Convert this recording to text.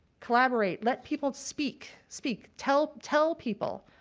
collaborate, let people speak. speak. tell tell people.